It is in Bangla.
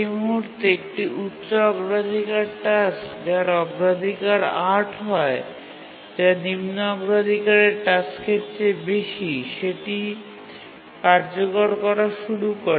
সেই মুহুর্তে ৮ অগ্রাধিকারের একটি টাস্ক আসে যা নিম্ন অগ্রাধিকারের টাস্কের চেয়ে বেশি অগ্রাধিকারের হয় এবং সেটি কার্যকর করা শুরু করে